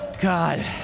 God